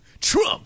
Trump